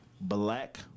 black